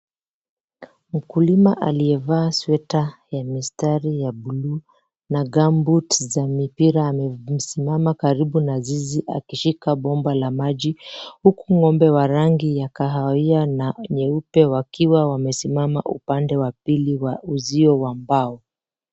Mkulima aliyevaa sweta ya mistari ya buluu na [gumboots] za mipira amesimama karibu nazizi akishika bomba la maji huku ngombe wa rangi ya kahawia na nyeupe wakiwa wamesimama upande wa pili wa uzio wa mbao.